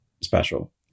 special